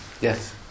Yes